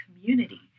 community